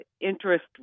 interest